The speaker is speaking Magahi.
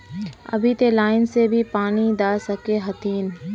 अभी ते लाइन से भी पानी दा सके हथीन?